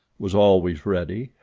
was always ready,